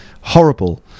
Horrible